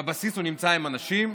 בבסיס הוא נמצא עם אנשים,